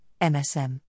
MSM